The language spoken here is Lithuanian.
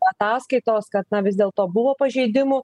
ataskaitos kad na vis dėlto buvo pažeidimų